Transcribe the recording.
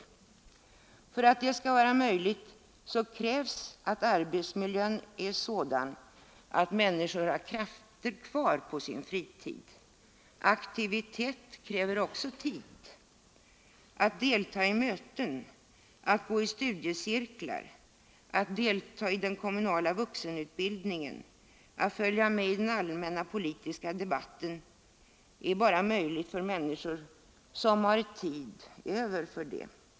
Men för att detta skall vara möjligt krävs att arbetsmiljön är sådan att människor har krafter kvar på sin fritid. Aktivitet kräver också tid. Att delta i möten, gå i studiecirklar, delta i den kommunala vuxenutbildningen, följa med i den allmänna politiska debatten är bara möjligt för människor som har tid över för detta.